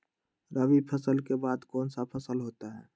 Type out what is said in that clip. रवि फसल के बाद कौन सा फसल होता है?